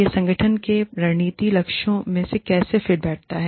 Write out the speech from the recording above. यह संगठन के रणनीतिक लक्ष्यों में कैसे फिट बैठता है